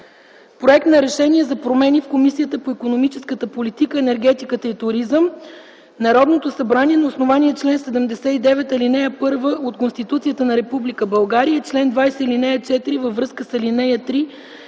„Проект РЕШЕНИЕ за промени в Комисията по икономическата политика, енергетиката и туризъм Народното събрание, на основание чл. 79, ал. 1 от Конституцията на Република България и чл. 20, ал. 4 във връзка с ал. 3